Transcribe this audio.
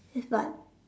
yes but